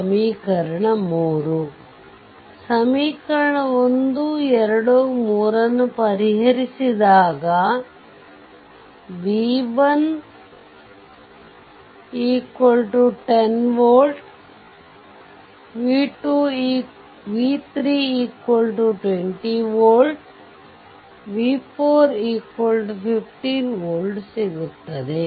ಸಮೀಕರಣ 12 3 ನ್ನು ಪರಿಹರಿಸಿದಾಗ v1 10 volt v3 20 volt v4 15 volt ಸಿಗುತ್ತದೆ